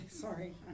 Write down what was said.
sorry